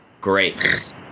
Great